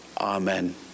Amen